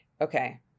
okay